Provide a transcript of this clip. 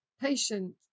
patient